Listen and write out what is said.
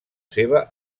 seva